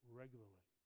regularly